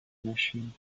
machine